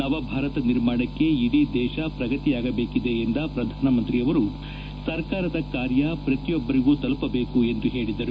ನವಭಾರತ ನಿರ್ಮಾಣಕ್ಕೆ ಇಡೀ ದೇಶ ಪ್ರಗತಿಯಾಗಬೇಕಿದೆ ಎಂದ ಪ್ರಧಾನಮಂತ್ರಿಯವರು ಸರ್ಕಾರದ ಕಾರ್ಯ ಪ್ರತಿಯೊಬ್ಬರಿಗೂ ತಲುಪಬೇಕು ಎಂದು ಹೇಳಿದರು